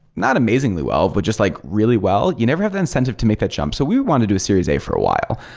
not amazingly well, but just like really well. you never have the incentive to make that jump. so we wanted to do a series a for a while.